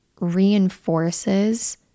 reinforces